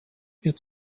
wird